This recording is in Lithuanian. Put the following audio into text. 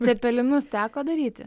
cepelinus teko daryti